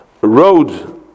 road